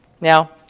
Now